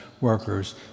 workers